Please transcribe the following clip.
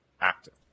active